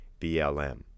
BLM